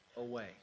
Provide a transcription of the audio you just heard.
away